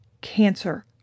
cancer